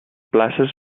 places